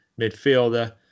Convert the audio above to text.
midfielder